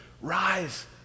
rise